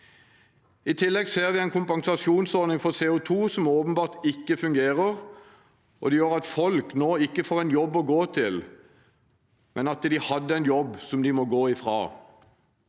I tillegg ser vi en kompensasjonsordning for CO2 som åpenbart ikke fungerer. Det gjør at folk nå ikke får en jobb å gå til, men at de må gå ifra en jobb som de hadde.